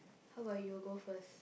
how about you go first